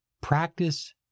practice